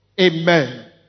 Amen